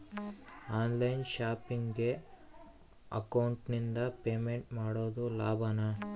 On line ಶಾಪಿಂಗಿಗೆ ಅಕೌಂಟಿಂದ payment ಮಾಡೋದು ಲಾಭಾನ?